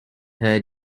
her